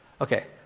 Okay